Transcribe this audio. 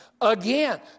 Again